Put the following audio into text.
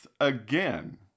again